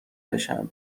بشم